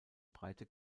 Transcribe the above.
breite